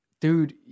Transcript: dude